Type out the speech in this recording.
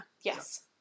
Yes